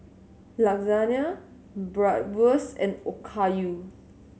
Lasagne Bratwurst and Okayu